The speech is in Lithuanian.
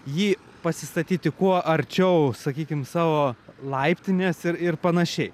jį pasistatyti kuo arčiau sakykim savo laiptinės ir ir panašiai